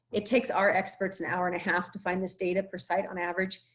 it takes our experts, an hour and a half to find this data per site, on average,